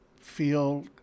feel